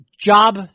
job